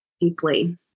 deeply